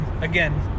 Again